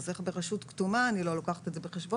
אז איך ברשויות כתומות אני לא לוקח את זה בחשבון?